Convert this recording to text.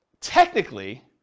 technically